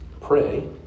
pray